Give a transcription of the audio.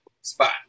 spot